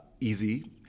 easy